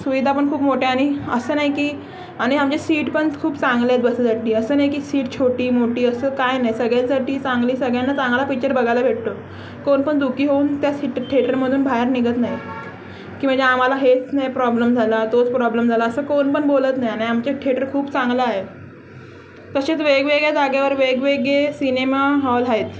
सुविधा पण खूप मोठ्या आणि असं नाही की आणि आमचे सीट पण खूप चांगलंयत बसासाठी असं नाही की सीट छोटी मोठी असं काही नाही सगळ्यांसाठी चांगली सगळ्यांना चांगला पिच्चर बघायला भेटतो कोणपण दु खी होऊन त्या सीट थेटरमधून बाहेर निघत नाही की म्हणजे आम्हाला हेच नाही प्रॉब्लम झाला तोच प्रॉब्लम झाला असं कोणपण बोलत नाही आणि आमच्या थेटर खूप चांगलं आहे तसेच वेगवेगळ्या जाग्यावर वेगवेगळे सिनेमा हॉल आहेत